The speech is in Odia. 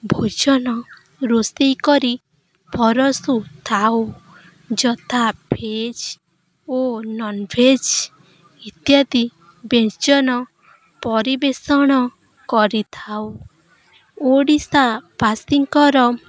ଭୋଜନ ରୋଷେଇ କରି ପରଷୁ ଥାଉ ଯଥା ଭେଜ୍ ଓ ନନ୍ ଭେଜ୍ ଇତ୍ୟାଦି ବ୍ୟଞ୍ଜନ ପରିବେଷଣ କରିଥାଉ ଓଡ଼ିଶାବାସୀଙ୍କର